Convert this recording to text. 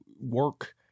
work